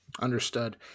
Understood